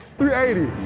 380